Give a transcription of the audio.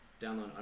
download